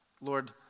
Lord